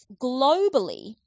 globally